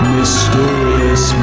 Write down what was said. Mysterious